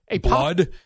Blood